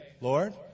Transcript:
Lord